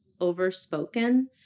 overspoken